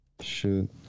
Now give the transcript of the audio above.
Shoot